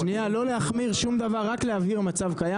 לא להחמיר שום דבר רק להבהיר מצב קיים